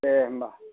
दे होमब्ला